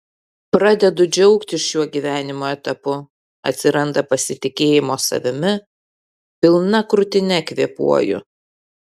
pradedu džiaugtis šiuo gyvenimo etapu atsiranda pasitikėjimo savimi pilna krūtine kvėpuoju